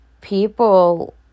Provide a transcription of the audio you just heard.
people